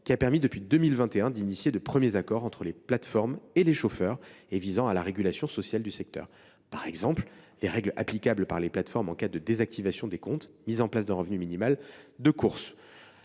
en place, depuis 2021, les premiers accords entre les plateformes et les chauffeurs visant à la régulation sociale du secteur. Je pense, par exemple, aux règles applicables par les plateformes en cas de désactivation des comptes ou à la mise en place d’un revenu minimal par course.